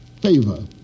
favor